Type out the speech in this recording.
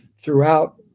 throughout